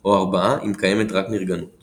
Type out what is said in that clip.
או ארבעה אם קיימת רק נרגנות